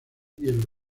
hielo